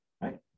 Right